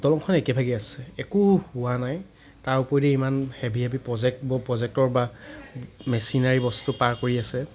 দলঙখন একে ভাগেই আছে একো হোৱা নাই তাৰ ওপৰেদি ইমান হেভি হেভি প্ৰজেক্ট প্ৰজেক্টৰ বা মেচিনাৰী বস্তু পাৰ কৰি আছে